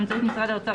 באמצעות משרד האוצר,